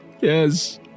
yes